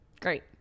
great